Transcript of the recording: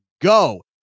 go